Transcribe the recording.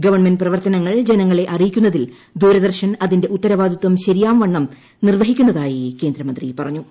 government പ്രവർത്തനങ്ങൾ ജനങ്ങളെ അറിയിക്കുന്നതിൽ ദൂരദർശൻ അതിന്റെ ഉത്തരവാദിത്വം ശരിയാംവണ്ണം നിർവ്വഹിക്കുന്നതായി കേന്ദ്രമന്ത്രി പറഞ്ഞു